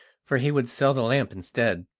for he would sell the lamp instead.